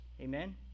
Amen